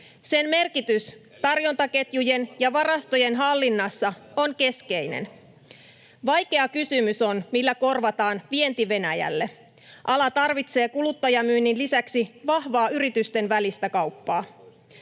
Sen merkitys tarjontaketjujen ja varastojen hallinnassa on keskeinen. Vaikea kysymys on, millä korvataan vienti Venäjälle. Ala tarvitsee kuluttajamyynnin lisäksi vahvaa yritysten välistä kauppaa.